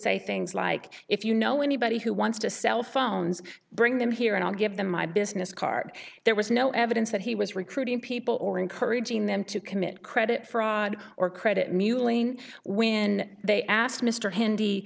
say things like if you know anybody who wants to sell phones bring them here and i'll give them my business card there was no evidence that he was recruiting people or encouraging them to commit credit fraud or credit mewling when they asked mr hand